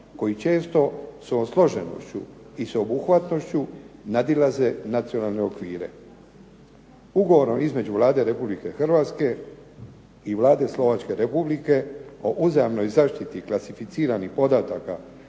koji često svojom složenošću i sveobuhvatnošću nadilaze nacionalne okvire. Ugovorom između Vlade Republike Hrvatske i Vlade Slovačke Republike o uzajamnoj zaštiti klasificiranih podataka